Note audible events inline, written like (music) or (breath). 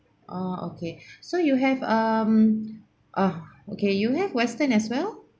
orh okay (breath) so you have um oh okay you have western as well